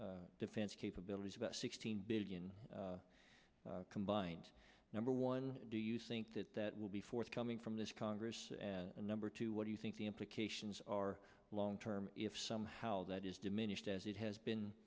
defense capabilities about sixteen billion combined number one do you think that that will be forthcoming from this congress and number two what do you think the implications are long term if somehow that is diminished as it has been